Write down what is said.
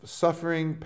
suffering